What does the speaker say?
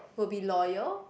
will be loyal